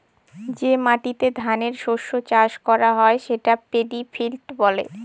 যে মাটিতে ধানের শস্য চাষ করা হয় সেটা পেডি ফিল্ড বলে